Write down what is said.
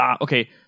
Okay